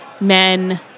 men